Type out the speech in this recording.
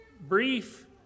brief